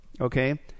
okay